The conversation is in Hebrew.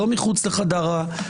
לא מחוצה לו.